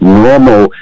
normal